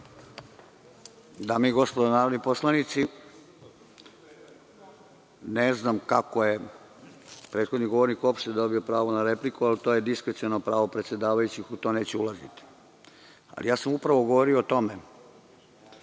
Dame i gospodo narodni poslanici, ne znam kako je prethodni govornik uopšte dobio pravo na repliku, ali to je diskreciono pravo predsedavajućeg i u to neću ulaziti. Govorio sam o tome